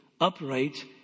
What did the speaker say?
upright